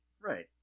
Right